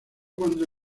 cuando